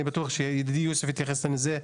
ואני בטוח שידידי יוסף התייחס לזה,